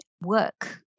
work